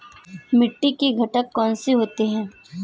मिट्टी के घटक कौन से होते हैं?